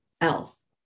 else